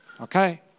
Okay